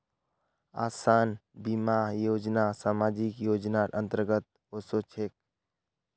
आसान बीमा योजना सामाजिक योजनार अंतर्गत ओसे छेक